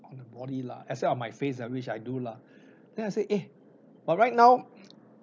on the body lah instead of my face which I do lah then I said eh but right now